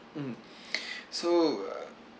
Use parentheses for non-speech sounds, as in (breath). mm (breath) so uh